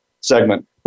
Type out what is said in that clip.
segment